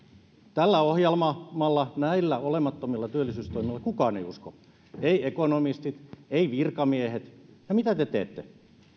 tällä ohjelmalla näillä olemattomilla työllisyystoimilla kukaan ei usko eivät ekonomistit eivät virkamiehet ja mitä te teette